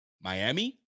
Miami